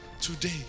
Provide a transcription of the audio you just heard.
today